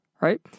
right